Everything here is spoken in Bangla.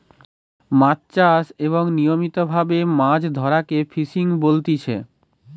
মাছ চাষ এবং নিয়মিত ভাবে মাছ ধরাকে ফিসিং বলতিচ্ছে